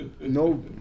no